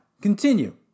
Continue